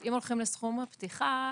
הם הולכים לסכום הפתיחה,